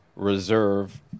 Reserve